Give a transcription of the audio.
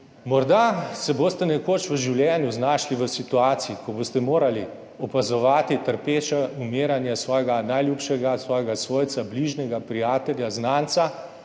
morda se boste nekoč v življenju znašli v situaciji, ko boste morali opazovati trpeče umiranje svojega najljubšega, svojega svojca, bližnjega, prijatelja, znanca